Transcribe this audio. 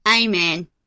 Amen